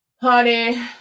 honey